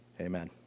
amen